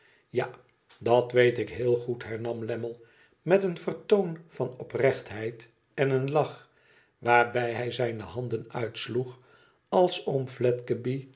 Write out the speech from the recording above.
tja dat weet ik heel goed hernam lammie met een vertoon van oprechtheid en een lach waarbij hij zijne handen uitsloeg als